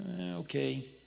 Okay